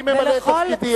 אני ממלא את תפקידי,